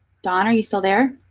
don, are you still there?